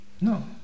no